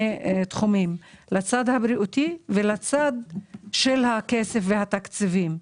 תחומים: לצד הבריאותי ולצד של הכסף והתקציבים,